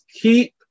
keep